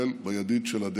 כולל בידית של הדלת.